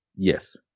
Yes